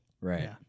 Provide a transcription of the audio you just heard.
right